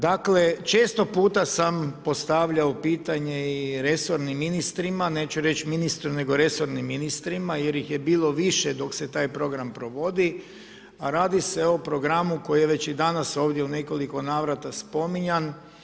Dakle, često puta sam postavljao pitanje i resornim ministrima, neću reći ministru nego resornim ministrima jer ih je bilo više dok se taj program provodi, a radi se o programu koji je već i danas ovdje u nekoliko navrata spominjan.